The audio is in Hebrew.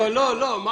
לא, לא.